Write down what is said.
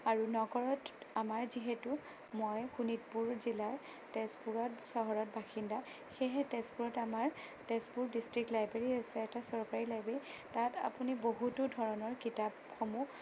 আৰু নগৰত আমাৰ যিহেতু মই শোণিতপুৰ জিলাৰ তেজপুৰত চহৰত বাসিন্দা সেয়েহে তেজপুৰত আমাৰ তেজপুৰ ডিষ্ট্ৰিক্ট লাইব্ৰেৰী আছে এটা চৰকাৰী লাইব্ৰেৰী তাত আপুনি বহুতো ধৰণৰ কিতাপসমূহ